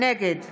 נגד